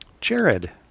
Jared